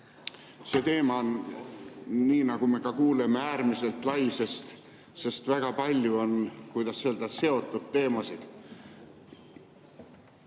See teema on, nii nagu me kuuleme, äärmiselt lai, sest väga palju on, kuidas öelda, seotud teemasid.